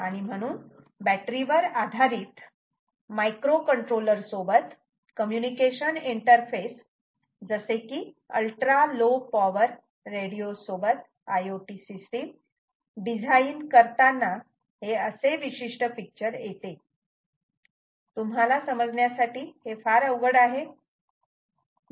आणि म्हणून बॅटरी वर आधारित मायक्रो कंट्रोलर सोबत कम्युनिकेशन इंटरफेस जसे की अल्ट्रा लो पॉवर रेडिओ सोबत IoT सिस्टीम डिझाईन करताना हे असे विशिष्ट पिक्चर येते तुम्हाला समजण्यासाठी हे फार अवघड आहे